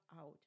out